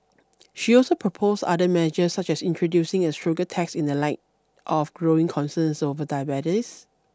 she also proposed other measures such as introducing a sugar tax in the light of growing concerns over diabetes